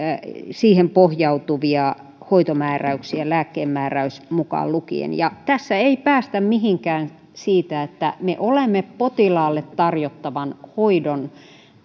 siihen pohjautuvia hoitomääräyksiä lääkkeen määräys mukaan lukien ja tässä ei päästä mihinkään siitä että me olemme potilaalle tarjottavan hoidon